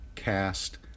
Cast